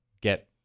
get